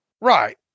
Right